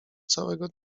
całego